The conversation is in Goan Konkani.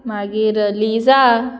मागीर लिजा